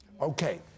Okay